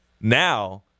Now